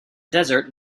desert